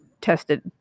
tested